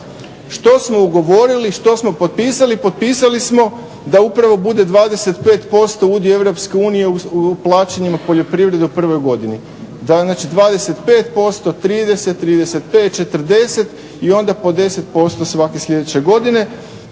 Što smo ugovorili, što smo potpisali? Potpisali smo da upravo bude 25% udio EU u plaćanjima u poljoprivredi u prvoj godini. … 25%, 30, 35, 40 i onda po 10% svake sljedeće godine,